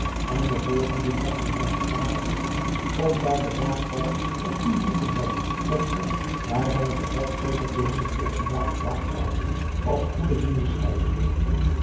en den volgenden dag naar zijnen vader te gaan om daar de zaak verder op dien voet te brengen dat zij daar zijn vertrek zeker binnen de veertien dagen plaats zou hebben als goede vrienden scheidden